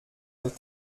nos